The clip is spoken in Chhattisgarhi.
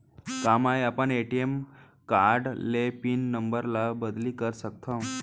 का मैं अपन ए.टी.एम कारड के पिन नम्बर ल बदली कर सकथव?